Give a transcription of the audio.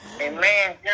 Amen